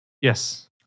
Yes